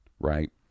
right